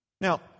Now